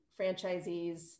franchisees